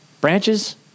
Branches